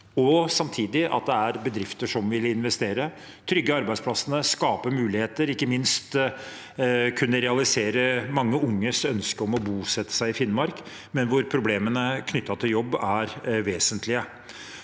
samtidig at det er bedrifter som vil investere, trygge arbeidsplassene, skape muligheter, og ikke minst kunne realisere mange unges ønske om å bosette seg i Finnmark, men hvor problemene knyttet til jobb er vesentlige.